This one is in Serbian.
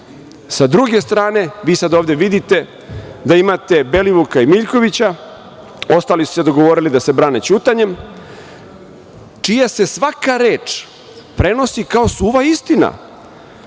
druge strane, ovde vidite da imate Belivuka i Miljkovića, ostali su se dogovorili da se brane ćutanjem, čija se svaka reč prenosi kao suva istina.